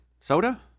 soda